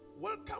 Welcome